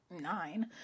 nine